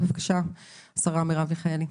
בבקשה השרה מרב מיכאלי.